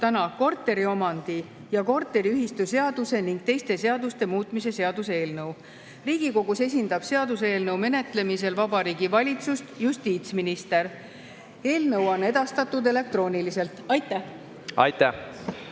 täna korteriomandi‑ ja korteriühistuseaduse ning teiste seaduste muutmise seaduse eelnõu. Riigikogus esindab seaduseelnõu menetlemisel Vabariigi Valitsust justiitsminister. Eelnõu on edastatud elektrooniliselt. Aitäh!